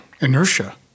inertia